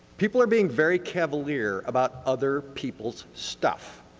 people are being very cavalier about other people's stuff.